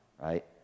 right